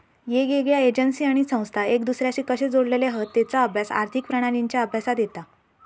येगयेगळ्या एजेंसी आणि संस्था एक दुसर्याशी कशे जोडलेले हत तेचा अभ्यास आर्थिक प्रणालींच्या अभ्यासात येता